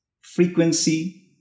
frequency